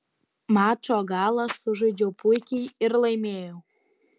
mačo galą sužaidžiau puikiai ir laimėjau